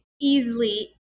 easily